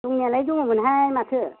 दंनायालाय दङमोनहाय माथो